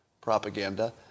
propaganda